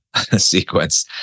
sequence